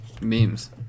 Memes